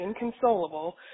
inconsolable